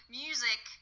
music